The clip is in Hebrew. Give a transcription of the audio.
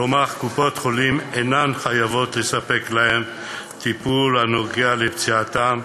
כלומר קופות-החולים אינן חייבות לתת להם טיפול הנוגע בפציעתם,